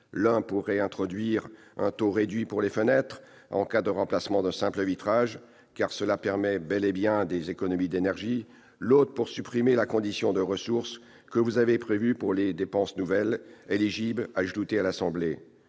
L'un vise à réintroduire un taux réduit pour les fenêtres en cas de remplacement d'un simple vitrage, opération qui permet bel et bien des économies d'énergie. L'autre tend à supprimer la condition de ressources que vous avez prévue pour les nouvelles dépenses éligibles ajoutées à l'Assemblée